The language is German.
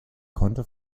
konnte